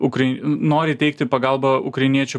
ukrai n nori teikti pagalbą ukrainiečių